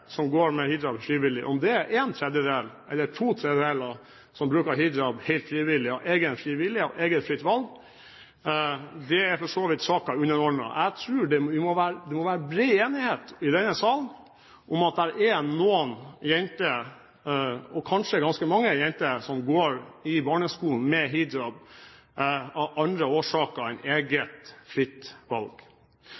som går med hijab frivillig. Om det er en tredjedel eller to tredjedeler som bruker hijab helt frivillig, av egen fri vilje, eget fritt valg, er for så vidt saken underordnet. Jeg tror det må være bred enighet i denne sal om at det er noen jenter, og kanskje ganske mange jenter, som går i barneskolen med hijab av andre årsaker enn